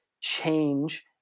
change